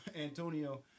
Antonio